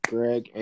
Greg